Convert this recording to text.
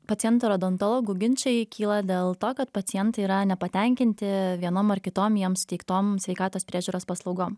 pacientų ir odontologų ginčai kyla dėl to kad pacientai yra nepatenkinti vienom ar kitom jiem suteiktom sveikatos priežiūros paslaugom